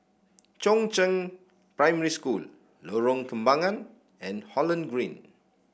Chongzheng Primary School Lorong Kembagan and Holland Green